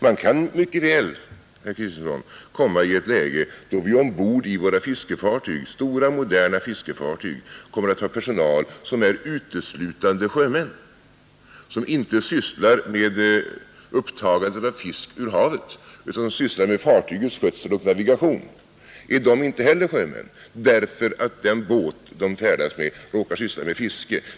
Man kan mycket väl, herr Kristenson, komma i ett läge då vi ombord i våra fiskefartyg, stora, moderna fiskefartyg, kommer att ha personal som är uteslutande sjömän, som inte sysslar med upptagandet av fisk ur havet utan som sysslar med fartygets skötsel och navigation. Är de inte heller sjömän därför att den båt de färdas med råkar syssla med fiske?